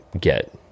get